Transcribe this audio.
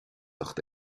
ucht